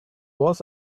was